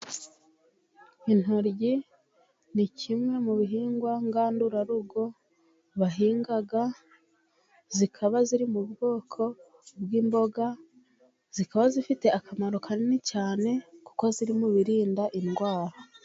Intoryi ni kimwe mu bihingwa ngandurarugo bahinga zikaba ziri mu bwoko bw'imboga, zikaba zifite akamaro kanini cyane kuko ziri mu birinda indwara.